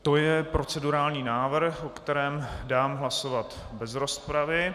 To je procedurální návrh, o kterém dám hlasovat bez rozpravy.